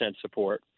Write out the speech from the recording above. support